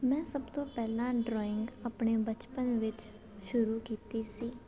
ਮੈਂ ਸਭ ਤੋਂ ਪਹਿਲਾਂ ਡਰਾਇੰਗ ਆਪਣੇ ਬਚਪਨ ਵਿੱਚ ਸ਼ੁਰੂ ਕੀਤੀ ਸੀ